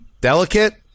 Delicate